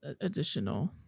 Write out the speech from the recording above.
additional